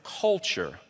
culture